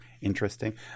interesting